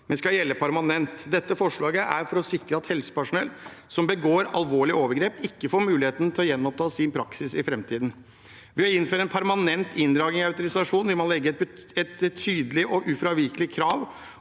men skal gjelde permanent. Dette forslaget er for å sikre at helsepersonell som begår alvorlige overgrep, ikke får muligheten til å gjenoppta sin praksis i framtiden. Ved å innføre en permanent inndragning av autorisasjon vil man legge et tydelig og ufravikelig krav